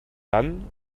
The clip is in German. dann